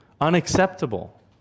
unacceptable